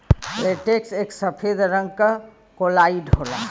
latex एक सफेद रंग क कोलाइड होला